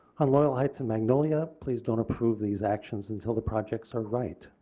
on loyal heights and magnolia please don't approve these actions until the projects are right.